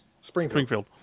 Springfield